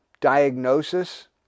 diagnosis